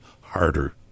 harder